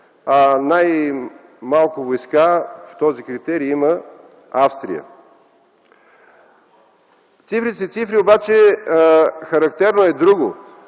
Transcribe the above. а най-малко войска по този критерий има Австрия. Цифрите са цифри, но характерно е друго.